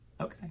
okay